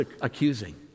accusing